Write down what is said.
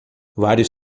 vários